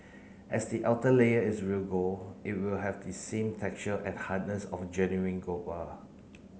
as the outer layer is real gold it will have the same texture and hardness of genuine gold bar